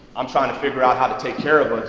i'm trying to figure out how to take care of us.